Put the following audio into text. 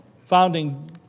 founding